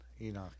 Enoch